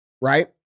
right